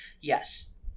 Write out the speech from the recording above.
yes